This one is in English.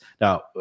Now